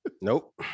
Nope